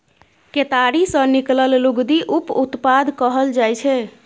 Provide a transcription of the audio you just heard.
केतारी सँ निकलल लुगदी उप उत्पाद कहल जाइ छै